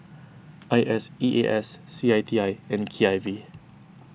I S E A S C I T I and K I V